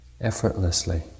effortlessly